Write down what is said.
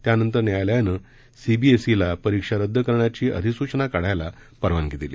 त्यानंतर न्यायालयानं सीबीएसई ला परीक्षा रद्द करण्याची अधिस्चना काढायला परवानगी दिली